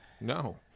No